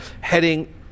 heading